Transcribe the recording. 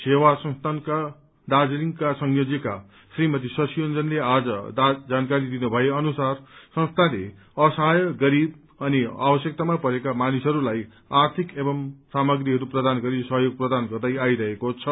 सेवा संस्था दार्जीलिङकी संयोजिका श्रीमती शशि योन्जनले आज जानकारी दिनु भए अनुसार असाहय गरिब अनि आवश्यकतामा परेका मानिसहरूलाई आर्थिक एवं सामग्रीहरू प्रदान गरी सहयोग प्रदान गर्दै आइरहेको छ